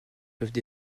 peuvent